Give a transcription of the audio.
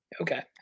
Okay